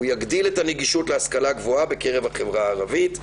הוא יגדיל את הנגישות להשכלה גבוהה בקרב החברה הערבית.